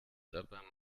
dabei